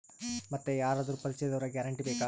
ಮತ್ತೆ ಯಾರಾದರೂ ಪರಿಚಯದವರ ಗ್ಯಾರಂಟಿ ಬೇಕಾ?